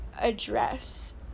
address